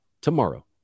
tomorrow